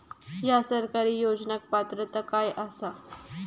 हया सरकारी योजनाक पात्रता काय आसा?